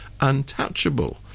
untouchable